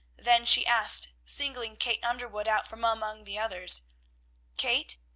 then she asked, singling kate underwood out from among the others kate!